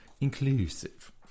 inclusive